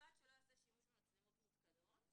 ובלבד שלא ייעשה שימוש במצלמות מותקנות,